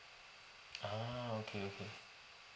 ah okay okay